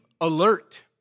alert